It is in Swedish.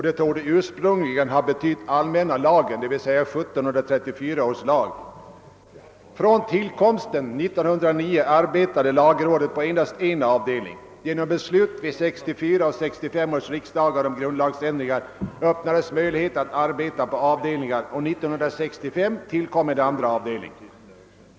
Det torde ursprungligen ha betytt allmänna lagen, d.v.s. 1734 års lag. Från tillkomsten 1909 arbetade lagrådet på endast en avdelning. Genom beslut vid 1964 och 1965 års riksdagar om grundlagsändringar öppnades möjlighet att arbeta på avdelningar, och 1965 tillkom en andra avdelning.